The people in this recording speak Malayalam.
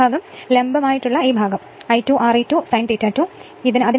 ഈ ഭാഗം ലംബമായി ഈ ഭാഗംI2 Re2 sin ∅2 ആണെന്ന് കണ്ടാൽ